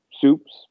soups